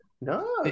No